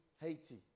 Haiti